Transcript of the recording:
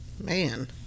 Man